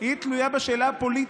תלויה בשאלה פוליטית,